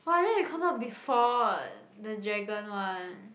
!wah! then it come out before the dragon one